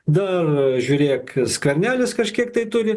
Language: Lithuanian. dar žiūrėk skvernelis kažkiek tai turi